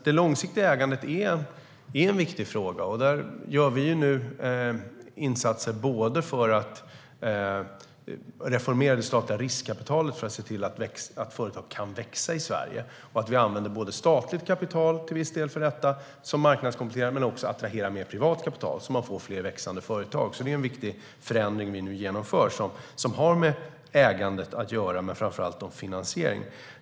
Det långsiktiga ägandet är en viktig fråga. Vi gör nu insatser för att reformera det statliga riskkapitalet för att se till att företag kan växa i Sverige och att vi använder både statligt kapital till viss del för detta, vilket marknadskonkurrerar, och även attraherar mer privat kapital så att vi får fler växande företag. Det är en viktig förändring vi nu genomför som har med ägandet men framför allt med finansieringen att göra.